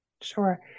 Sure